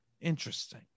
Interesting